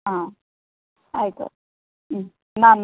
ആയിക്കോട്ടെ